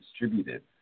distributed